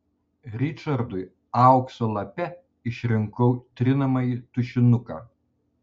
ričardui aukso lape išrinkau trinamąjį tušinuką